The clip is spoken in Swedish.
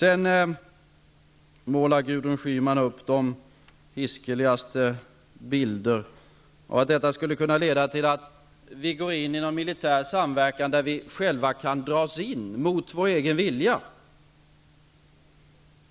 Gudrun Schyman målar upp de hiskeligaste bilder och att det här skulle kunna leda till att vi går in i en militär samverkan där vi själva mot vår egen vilja dras in